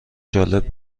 جالب